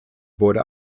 wurde